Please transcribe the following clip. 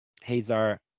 Hazar